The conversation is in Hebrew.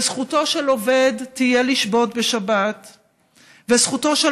זכותו של עובד תהיה לשבות בשבת וזכותו של